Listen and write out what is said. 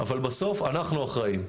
אבל בסוף אנחנו אחראים.